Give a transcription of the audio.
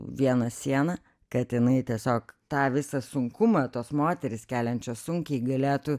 vieną sieną kad jinai tiesiog tą visą sunkumą tos moterys keliančios sunkiai galėtų